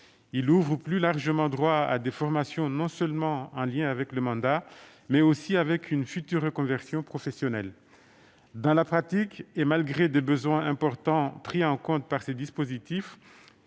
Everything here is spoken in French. Il ouvre plus largement droit à des formations non seulement en lien avec le mandat, mais aussi avec une future reconversion professionnelle. Dans la pratique, et malgré des besoins importants pris en compte par ces dispositifs,